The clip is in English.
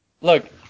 Look